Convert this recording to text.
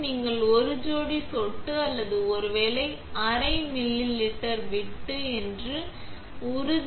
நீங்கள் ஒரு ஜோடி சொட்டு அல்லது ஒருவேளை அரை மில்லிலிட்டர் விட்டு என்று உறுதி